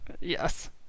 Yes